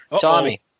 Tommy